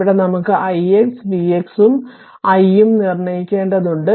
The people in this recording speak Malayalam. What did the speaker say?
ഇവിടെ നമുക്ക് ix vx ഉം I ഉം നിർണ്ണയിക്കേണ്ടതുണ്ട്